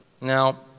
Now